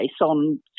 on